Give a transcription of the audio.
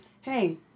hey